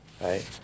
right